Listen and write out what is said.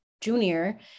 junior